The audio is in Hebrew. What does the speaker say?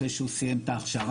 אחרי שהוא סיים את ההכשרה.